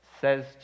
says